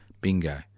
bingo